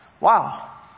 Wow